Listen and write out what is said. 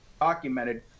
documented